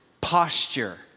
posture